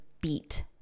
beat